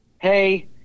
hey